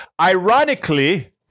ironically